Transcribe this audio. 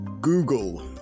Google